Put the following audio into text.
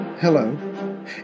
Hello